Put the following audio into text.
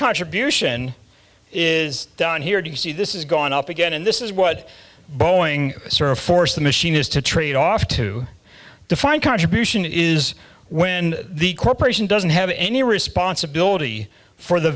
contribution is done here do you see this is going up again and this is what boeing sort of force the machine is to trade off to a defined contribution is when the corporation doesn't have any responsibility for the